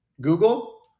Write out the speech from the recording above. Google